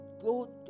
go